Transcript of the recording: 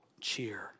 cheer